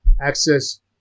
access